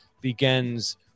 begins